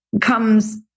comes